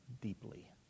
deeply